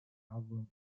album